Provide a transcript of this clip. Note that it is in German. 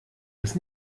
das